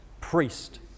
Priest